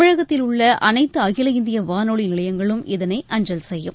தமிழகத்தில் உள்ள அனைத்து அகில இந்திய வானொலி நிலையங்களும் இதனை அஞ்சல் செய்யும்